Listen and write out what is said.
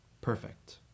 perfect